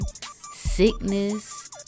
sickness